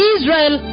Israel